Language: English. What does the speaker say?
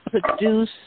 produce